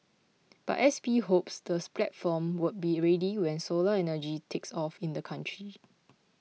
but S P hopes the platform would be ready when solar energy takes off in the country